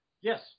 Yes